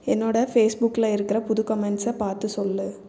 என்னோடய ஃபேஸ்புக்கில் இருக்கிற புது கமெண்ட்ஸை பார்த்து சொல்லு